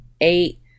eight